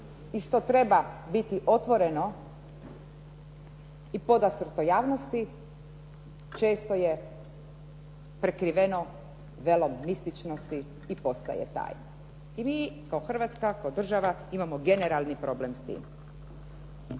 i što treba biti otvoreno i podastrto javnosti često je prekriveno velom mističnosti i postaje tajno. I mi kao Hrvatska kao država imamo generalni problem s tim.